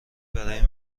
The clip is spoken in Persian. برای